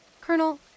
Colonel